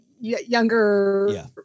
younger